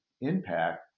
Impact